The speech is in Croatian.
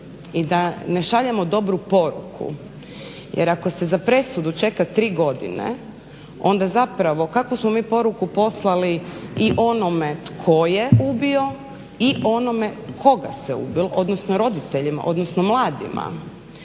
i da ne šaljemo dobru poruku, jer ako se za presudu čeka 3 godine, onda zapravo kakvu smo mi poruku poslali i onome tko je ubio, i onome koga se ubilo, odnosno roditeljima, odnosno mladima.